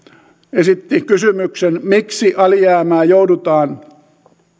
esitti kysymyksen miksi alijäämää joudutaan